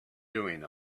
doing